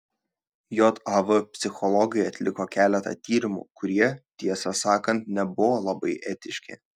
jav psichologai atliko keletą tyrimų kurie tiesą sakant nebuvo labai etiški